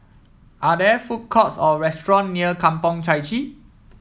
are there food courts or restaurant near Kampong Chai Chee